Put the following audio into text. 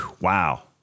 wow